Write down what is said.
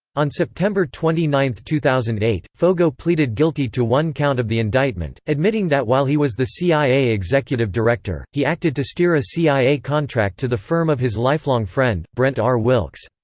on september twenty nine, two thousand and eight, foggo pleaded guilty to one count of the indictment, admitting that while he was the cia executive director, he acted to steer a cia contract to the firm of his lifelong friend, brent r. wilkes.